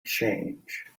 change